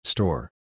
Store